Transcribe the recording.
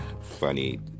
Funny